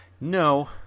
No